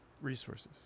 resources